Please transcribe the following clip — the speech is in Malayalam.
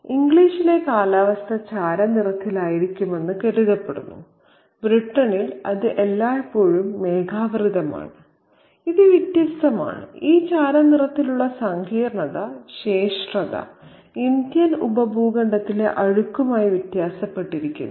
ഇംഗ്ലീഷിലെ കാലാവസ്ഥ ചാരനിറത്തിലായിരിക്കുമെന്ന് കരുതപ്പെടുന്നു ബ്രിട്ടനിൽ അത് എല്ലായ്പ്പോഴും മേഘാവൃതമാണ് ഇത് വ്യത്യസ്തമാണ് ഈ ചാരനിറത്തിലുള്ള സങ്കീർണ്ണത ശ്രേഷ്ഠത ഇന്ത്യൻ ഉപഭൂഖണ്ഡത്തിലെ അഴുക്കുമായി വ്യത്യാസപ്പെട്ടിരിക്കുന്നു